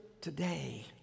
today